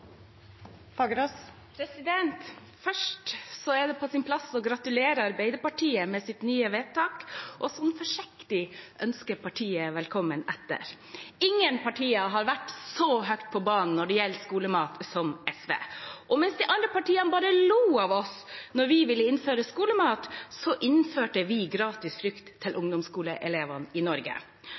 Fagerås – til oppfølgingsspørsmål. Først er det på sin plass å gratulere Arbeiderpartiet med deres nye vedtak – og forsiktig ønske partiet velkommen etter. Ingen partier har vært så høyt på banen når det gjelder skolemat som SV. Mens de andre partiene bare lo av oss da vi ville innføre skolemat, innførte vi gratis frukt til ungdomsskoleelevene i Norge.